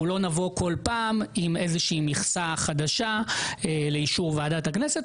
אנחנו לא נבוא כל פעם עם איזו שהיא מכסה חדשה לאישור ועדת הכנסת,